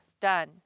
done